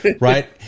Right